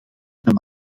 een